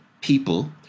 people